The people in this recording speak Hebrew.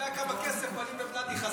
אין נמנעים, אין נוכחים.